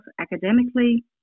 academically